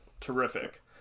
terrific